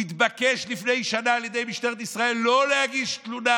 הוא התבקש לפני שנה על ידי משטרת ישראל לא להגיש תלונה